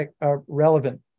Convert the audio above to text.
relevant